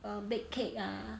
err bake cake ah